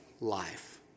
life